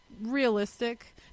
realistic